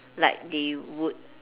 like they would